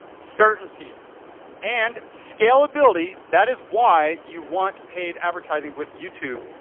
certainty and scalability, that is why you want paid advertising with youtube.